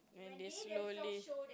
and they slowly